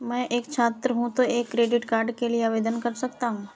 मैं एक छात्र हूँ तो क्या क्रेडिट कार्ड के लिए आवेदन कर सकता हूँ?